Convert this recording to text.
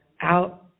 out